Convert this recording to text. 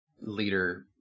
leader